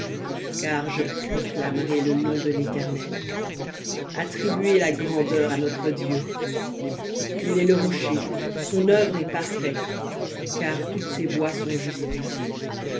car je proclamerai le nom de l'éternel attribuez la grandeur à notre dieu il est le rocher son œuvre est parfaite car toutes ses voies sont justice